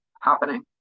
happening